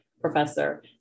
professor